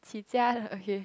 起家了 okay